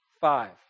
Five